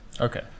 Okay